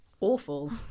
awful